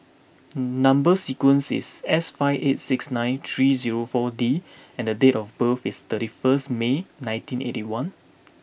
number sequence is S five eight six nine three zero four D and date of birth is thirty first May nineteen eighty one